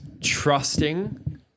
trusting